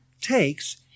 takes